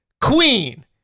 Queen